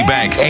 Bank